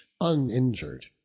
uninjured